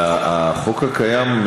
אבל החוק הקיים,